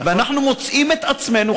ואנחנו מוצאים את עצמנו,